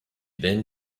then